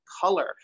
color